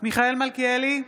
מיכאל מלכיאלי,